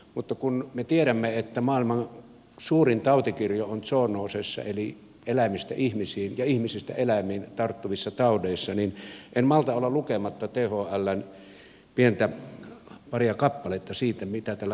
mutta kun me tiedämme että maailman suurin tautikirjo on zoonoosissa eli eläimistä ihmisiin ja ihmisistä eläimiin tarttuvissa taudeissa niin en malta olla lukematta thln pientä paria kappaletta siitä mitä tällä zoonoosilla tarkoitetaan